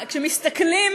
כשמסתכלים